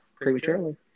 prematurely